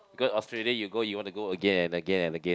because Australia you go you want to go again and again and again